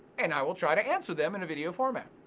and i will try to answer them in a video format.